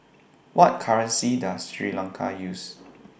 What currency Does Sri Lanka use